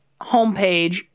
homepage